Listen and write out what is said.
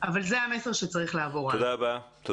אבל זה המסר שצריך לעבור הלאה.